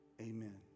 amen